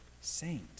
saint